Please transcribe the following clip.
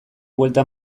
buelta